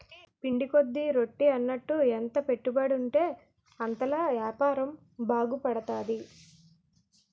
పిండి కొద్ది రొట్టి అన్నట్టు ఎంత పెట్టుబడుంటే అంతలా యాపారం బాగుపడతది